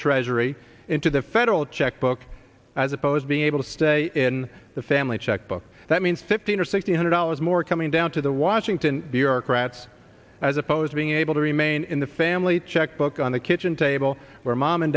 treasury into the federal checkbook as opposed being able to stay in the family checkbook that means fifteen or sixteen hundred dollars more coming down to the washington bureaucrats as opposed to being able to remain in the family checkbook on the kitchen table where mom and